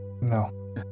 No